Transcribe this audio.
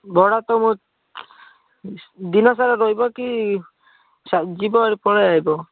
ଭଡ଼ା ତ ମୋ ଦିନସାରା ରହିବ କି ଯିବ ପଳାଇ ଆସିବ